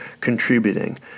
contributing